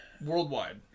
Worldwide